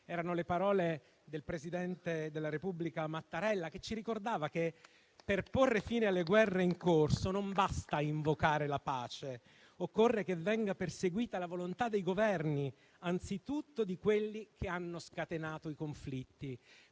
Erano le parole del presidente della Repubblica Mattarella, che ci ricordava che, per porre fine alle guerre in corso, non basta invocare la pace, ma occorre che venga perseguita la volontà dei Governi, anzitutto di quelli che hanno scatenato i conflitti.